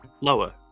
lower